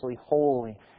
holy